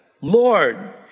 Lord